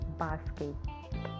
basket